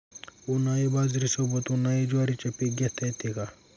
उन्हाळी बाजरीसोबत, उन्हाळी ज्वारीचे पीक घेता येते का?